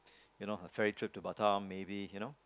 you know a ferry trip to Batam maybe you know